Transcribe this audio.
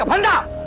um and